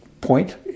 point